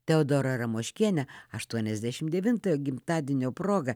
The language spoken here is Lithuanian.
teodora ramoškienė aštuoniasdešimt devintojo gimtadienio proga